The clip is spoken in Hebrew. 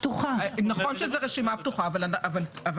אדוני היושב-ראש, תודה רבה לך.